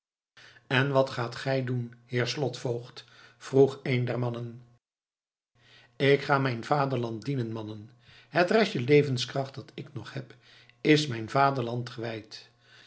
en wat gaat gij doen heer slotvoogd vroeg een der mannen ik ga mijn vaderland dienen mannen het restje levenskracht dat ik nog heb is mijn vaderland gewijd